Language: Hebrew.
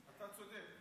אתה צודק.